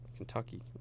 Kentucky